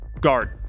Guard